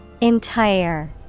Entire